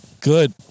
Good